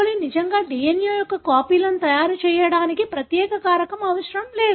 coli నిజంగా DNA యొక్క కాపీలను తయారు చేయడానికి ప్రత్యేక కారకం అవసరం లేదు